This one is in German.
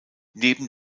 neben